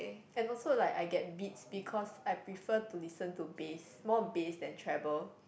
and also like I get beats because I prefer to listen to bass more bass than treble